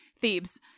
Thebes